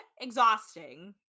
Exhausting